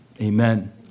Amen